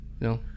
No